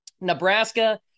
Nebraska